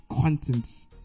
content